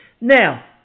Now